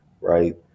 right